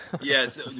Yes